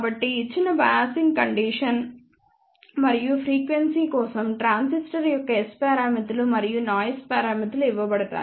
కాబట్టి ఇచ్చిన biasing condition మరియు ఫ్రీక్వెన్సీ కోసం ట్రాన్సిస్టర్ యొక్క S పారామితులు మరియు నాయిస్ పారామితులు ఇవ్వబడతాయి